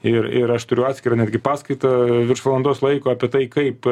ir ir aš turiu atskirą netgi paskaitą virš valandos laiko apie tai kaip